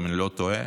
אם אני לא טועה,